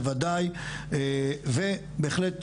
בוודאי ובהחלט,